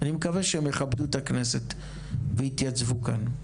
אני מקווה שהם יכבדו את הכנסת ויתייצבו כאן,